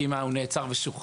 כי אם הוא נעצר ושוחרר,